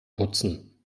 putzen